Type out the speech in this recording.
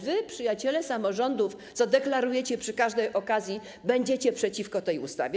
Wy, przyjaciele samorządów, co deklarujecie przy każdej okazji, będziecie głosować przeciwko tej ustawie?